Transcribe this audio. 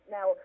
Now